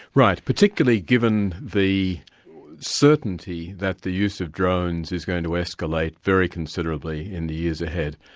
right. particularly given the certainty that the use of drones is going to escalate very considerably in the years ahead.